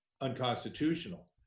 unconstitutional